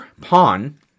Pawn